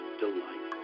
delight